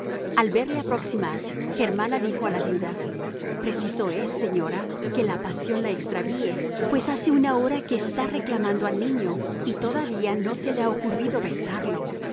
al verle aproximar germana dijo a la viuda preciso es señora que la pasión la extravíe pues hace una hora que está reclamando al niño y todavía no se le ha ocurrido besarlo